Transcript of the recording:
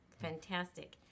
fantastic